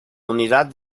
unidad